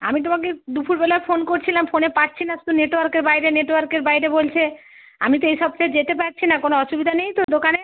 আমি তোমাকে দুপুরবেলা ফোন করছিলাম ফোনে পাচ্ছি না শুধু নেটওয়ার্কের বাইরে নেটওয়ার্কের বাইরে বলছে আমি তো এই সপ্তাহে যেতে পারছি না কোনো অসুবিধা নেই তো দোকানে